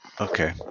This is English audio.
Okay